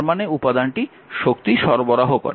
তার মানে উপাদানটি শক্তি সরবরাহ করে